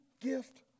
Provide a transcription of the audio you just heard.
gift